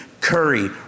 curry